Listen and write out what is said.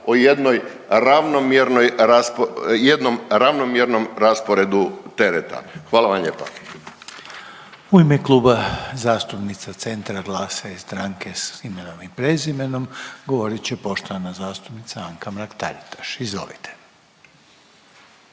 jednom ravnomjernom rasporedu tereta. Hvala vam lijepa.